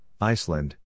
Iceland